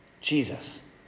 Jesus